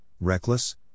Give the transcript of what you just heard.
reckless